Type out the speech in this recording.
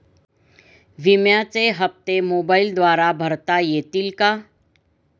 विम्याचे हप्ते मोबाइलद्वारे भरता येतील का?